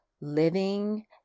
living